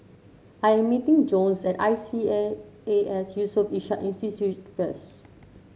I am meeting Jones at I C A A S Yusof Ishak Institute first